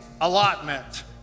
allotment